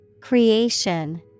Creation